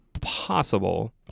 possible